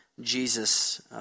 Jesus